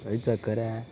ओह् ई चक्कर ऐ